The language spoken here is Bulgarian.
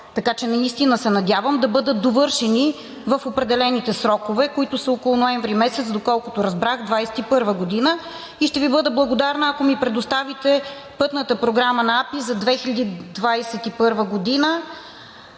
въпроса. Наистина се надявам да бъдат довършени в определените срокове, които са около ноември месец, доколкото разбрах, 2021 г. и ще Ви бъда благодарна, ако ми предоставите Пътната програма на АПИ за 2021 г.